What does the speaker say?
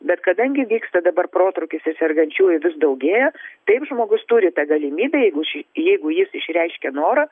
bet kadangi vyksta dabar protrūkis ir sergančiųjų vis daugėja taip žmogus turi tą galimybę jeigu šį jeigu jis išreiškė norą